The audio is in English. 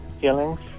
feelings